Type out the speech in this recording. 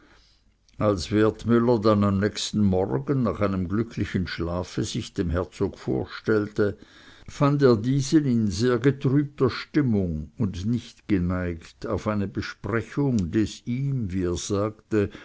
als wertmüller dann am nächsten morgen nach einem glücklichen schlafe sich dem herzog vorstellte fand er diesen in sehr getrübter stimmung und nicht geneigt auf eine besprechung des ihm wie er sagte